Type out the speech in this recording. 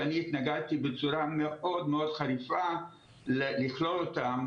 שאני התנגדתי בצורה מאוד חריפה לכלול אותם